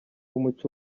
umuco